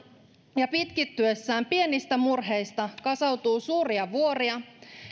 ja pitkittyessään pienistä murheista kasautuu suuria vuoria